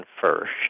first